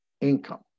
income